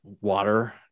water